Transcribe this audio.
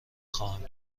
خواهم